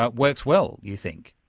ah works well you think.